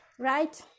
Right